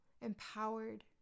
empowered